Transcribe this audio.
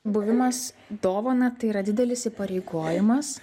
buvimas dovana tai yra didelis įpareigojimas